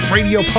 Radio